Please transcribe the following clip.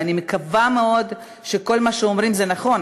ואני מקווה מאוד שכל מה שאומרים הוא נכון,